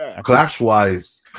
Clash-wise